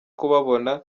kubabona